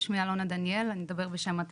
שמי אלונה דניאל, אני מדברת בשם מטה